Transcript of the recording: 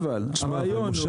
הרעיון.